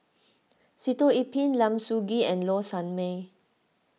Sitoh Yih Pin Lim Soo Ngee and Low Sanmay